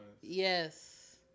Yes